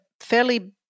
fairly